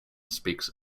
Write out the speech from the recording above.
speaks